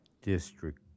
district